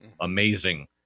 amazing